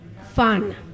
Fun